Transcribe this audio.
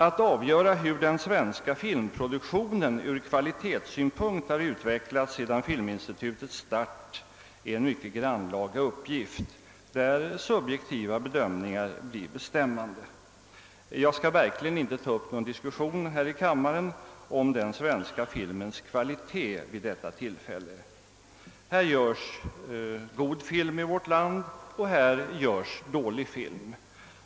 Att avgöra hur den svenska filmproduktionen ur kvalitetssynpunkt har utvecklats sedan filminstitutets start är en mycket grannlaga uppgift, där subjektiva bedömningar blir bestämmande. Jag skall verkligen inte vid detta tillfälle ta upp någon diskussion om den svenska filmens kvalitet. Här görs god film och här görs dålig film.